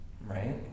right